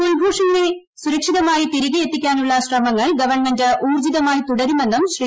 കുൽഭൂഷണിനെ സുരക്ഷിതമായി തിരികെ എത്തിക്കാനുള്ള ശ്രമങ്ങൾ ഗവൺമെന്റ് ഊർജ്ജിതമായി തുടരുമെന്നും ശ്രീ